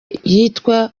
yitwa